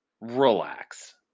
Relax